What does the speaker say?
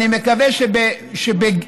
אני מקווה שבגינו,